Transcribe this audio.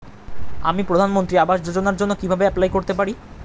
আমি প্রধানমন্ত্রী আবাস যোজনার জন্য কিভাবে এপ্লাই করতে পারি?